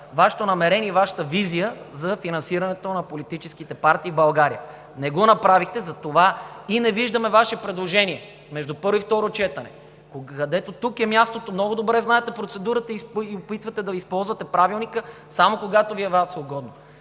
Вашето намерение и с Вашата визия за финансирането на политическите партии в България. Не го направихте и затова не виждаме Вашето предложение между първо и второ четене, където е мястото. Много добре знаете процедурата и се опитвате да използвате Правилника, само когато на Вас Ви е угодно.